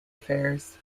affairs